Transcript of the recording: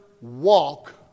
walk